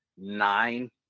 nine